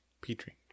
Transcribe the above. Petri